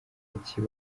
inshyi